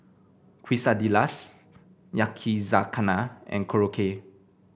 quesadillas Yakizakana and Korokke